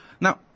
Now